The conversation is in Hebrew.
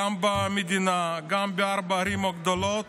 גם במדינה, גם בארבע הערים הגדולות,